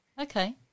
Okay